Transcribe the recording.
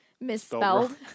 misspelled